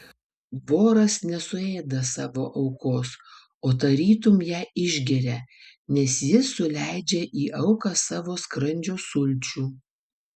voras nesuėda savo aukos o tarytum ją išgeria nes jis suleidžia į auką savo skrandžio sulčių